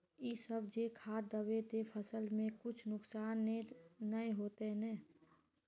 इ सब जे खाद दबे ते फसल में कुछ नुकसान ते नय ने होते